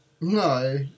No